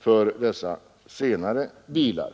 för de dieseldrivna personbilarna.